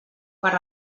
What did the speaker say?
per